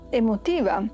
emotiva